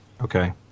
Okay